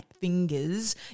fingers